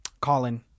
Colin